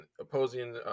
opposing